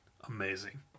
amazing